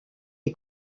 est